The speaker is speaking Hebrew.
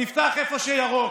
נפתח איפה שירוק.